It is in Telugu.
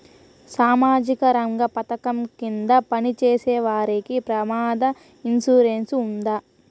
సామాజిక రంగ పథకం కింద పని చేసేవారికి ప్రమాద ఇన్సూరెన్సు ఉందా?